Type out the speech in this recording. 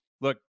look